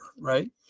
right